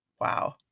wow